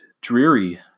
dreary